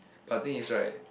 but I think is right